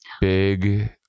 big